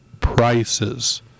prices